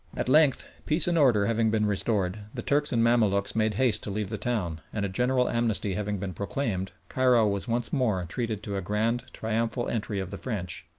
at length, peace and order having been restored, the turks and mamaluks made haste to leave the town, and a general amnesty having been proclaimed, cairo was once more treated to a grand triumphal entry of the french,